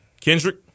Kendrick